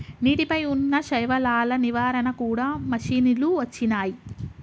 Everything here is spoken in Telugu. నీటి పై వున్నా శైవలాల నివారణ కూడా మషిణీలు వచ్చినాయి